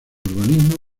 urbanismo